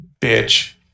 bitch